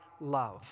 love